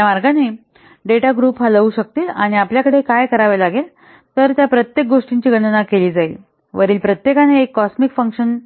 तर या मार्गाने डेटा ग्रुप हलवू शकतील आणि आपल्याकडे काय करावे लागेल त्या प्रत्येक गोष्टीची गणना केली जाईल तर वरील प्रत्येकाने एक कॉसमिक फंक्शनल